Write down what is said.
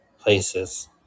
places